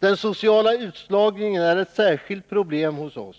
Den sociala utslagningen är ett särskilt problem hos oss.